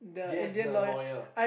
yes the lawyer